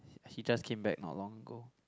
he just came back not long ago